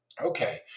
Okay